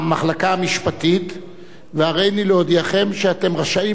והריני להודיעכם שאתם רשאים להצביע בלי היסוס ופקפוק,